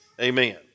Amen